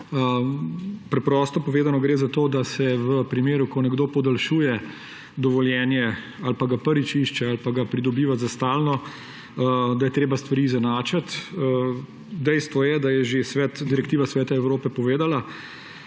Preprosto povedano, gre za to, da se v primeru, ko nekdo podaljšuje dovoljenje, ali pa ga prvič išče, ali pa ga pridobiva za stalno, da je treba stvari izenačiti. Dejstvo je, da je Direktiva Sveta Evrope povedala,